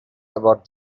about